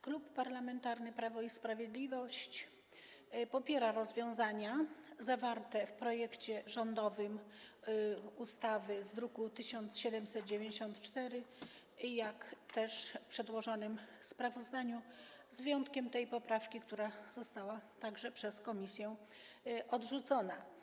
Klub Parlamentarny Prawo i Sprawiedliwość popiera rozwiązania zawarte w rządowym projekcie ustawy z druku nr 1794, jak też w przedłożonym sprawozdaniu, z wyjątkiem tej poprawki, która została także przez komisję odrzucona.